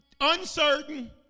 uncertain